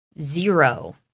zero